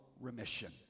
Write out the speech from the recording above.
remission